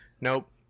nope